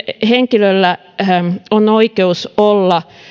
henkilöllä on oikeus olla